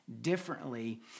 differently